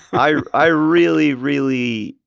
i really, really,